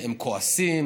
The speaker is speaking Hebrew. הם כועסים,